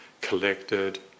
collected